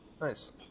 Nice